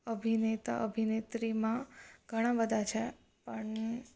અભિનેતા અભિનેત્રીમાં ઘણાં બધા છે પણ